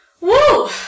Woo